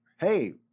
hey